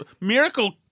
miracle